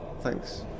Thanks